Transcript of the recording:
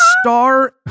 star